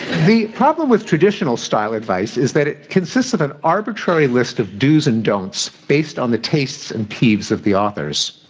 the problem with traditional style advice is that it consists of an arbitrary list of dos and don'ts based on the tastes and peeves of the authors.